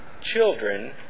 Children